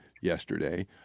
yesterday